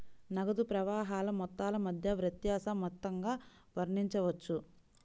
నగదు ప్రవాహాల మొత్తాల మధ్య వ్యత్యాస మొత్తంగా వర్ణించవచ్చు